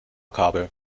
kabel